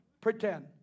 Pretend